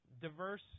diverse